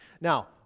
Now